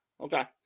okay